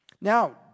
Now